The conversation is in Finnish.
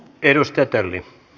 edustaja tölli